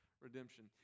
redemption